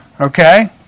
Okay